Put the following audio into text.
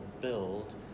build